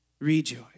Rejoice